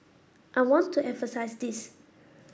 I want to emphasise this